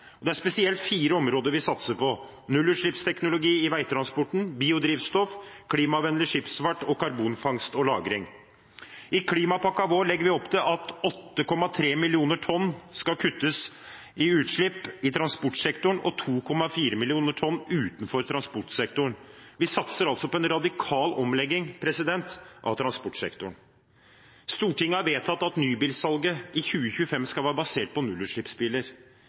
det. Det er spesielt fire områder vi satser på: nullutslippsteknologi i veitransporten, biodrivstoff, klimavennlig skipsfart og karbonfangst og -lagring. I klimapakken vår legger vi opp til at 8,3 millioner tonn skal kuttes i utslipp i transportsektoren og 2,4 millioner tonn utenfor transportsektoren. Vi satser altså på en radikal omlegging av transportsektoren. Stortinget har vedtatt at nybilsalget i 2025 skal være basert på nullutslippsbiler.